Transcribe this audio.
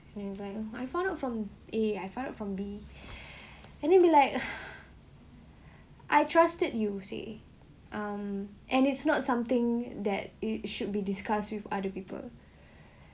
and like I found out from A I found out from B and then be like I trusted you say um and it's not something that it should be discussed with other people